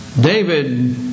David